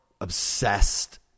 obsessed